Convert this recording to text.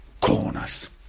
corners